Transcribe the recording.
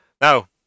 Now